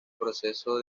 proceso